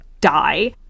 die